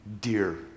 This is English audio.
Dear